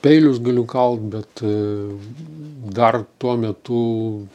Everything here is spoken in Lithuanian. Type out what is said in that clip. peilius galiu kalt bet dar tuo metu